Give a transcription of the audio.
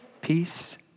peace